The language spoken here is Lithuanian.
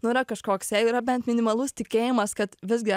nu yra kažkoks jeigu yra bent minimalus tikėjimas kad visgi